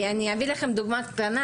אני אתן לכם דוגמא קטנה,